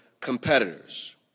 competitors